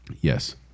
Yes